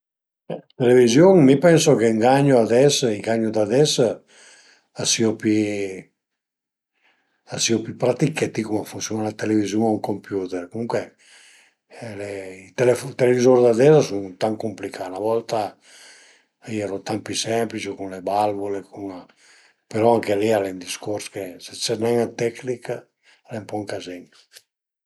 La televiziun mi pensu che ën gagnu ades, i gagnu d'ades a sìu pi a sìu pi pratich che ti cum a funsiun-a la televiziun o ën computer, comuncue i televizur d'ades a sun tant cumplicà, 'na volta a ieru tant pi semplici cun le valvule, cun, però anche li al e ën discurs che së ses nen ën tecnich al e ën po ën cazin